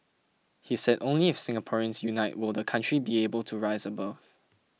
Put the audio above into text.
he said only if Singaporeans unite will the country be able to rise above